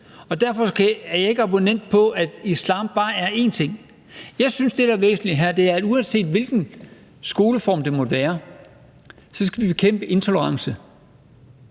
abonnerer jeg ikke på, at islam bare er én ting. Jeg synes, at det, der er væsentligt her, er, at uanset hvilken skoleform det måtte være, skal vi bekæmpe intolerance,